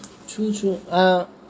true true err